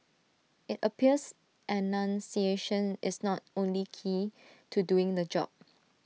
IT appears enunciation is not only key to doing the job